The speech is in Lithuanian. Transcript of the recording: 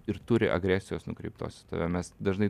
ir turi agresijos nukreiptos į tave mes dažnai